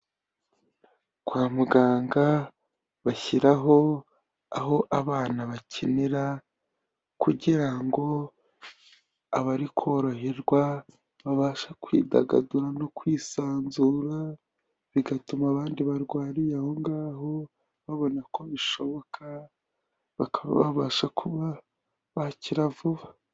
Kwa muganga bashyiraho aho abana bakinira kugira ngo abari koroherwa babashe kwidagadura no kwisanzura, bigatuma abandi barwariye aho ngaho, babona ko bishoboka, bakaba babasha kuba bakira vuba.